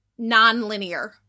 nonlinear